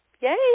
Yay